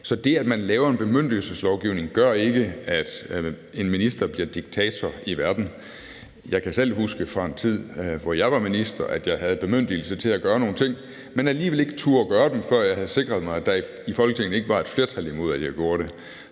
Så det, at man laver en bemyndigelseslovgivning, gør ikke, at en minister bliver diktator i verden. Jeg kan selv huske fra den tid, hvor jeg var minister, at jeg havde bemyndigelse til at gøre nogle ting, men alligevel ikke turde gøre dem, før jeg havde sikret mig, at der i Folketinget ikke var et flertal imod, at jeg gjorde det.